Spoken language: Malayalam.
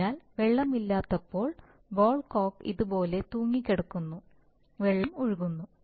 അതിനാൽ വെള്ളമില്ലാത്തപ്പോൾ ബോൾ കോക്ക് ഇതുപോലെ തൂങ്ങിക്കിടക്കുന്നു വെള്ളം ഒഴുകുന്നു